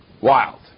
Wild